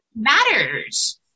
matters